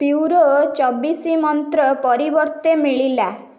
Puro ଚବିଶି ମନ୍ତ୍ର ପରିବର୍ତ୍ତେ ମିଳିଲା